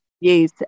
Yes